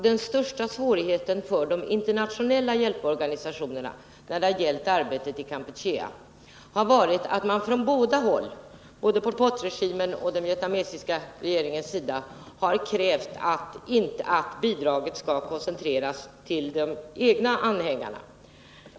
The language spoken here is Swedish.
Den största svårigheten för de internationella hjälporganisationerna när det gäller arbetet i Kampuchea har ju varit att man från både Pol Pot-regimens och den vietnamesiska regeringens sida har krävt att bidraget skall koncentreras till de egna anhängarna.